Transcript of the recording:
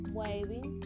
waving